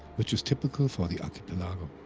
which is typical for the archipelago.